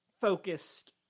focused